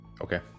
Okay